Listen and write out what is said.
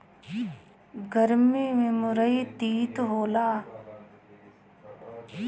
गरमी में मुरई तीत होला